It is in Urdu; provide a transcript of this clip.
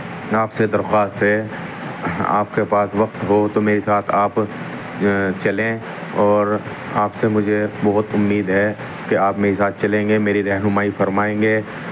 آپ سے درخواست ہے آپ کے پاس وقت ہو تو میری ساتھ آپ چلیں اور آپ سے مجھے بہت امید ہے کہ آپ میری ساتھ چلیں گے میری رہنمائی فرمائیں گے